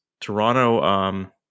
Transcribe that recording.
Toronto –